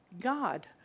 God